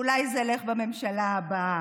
אולי זה ילך בממשלה הבאה.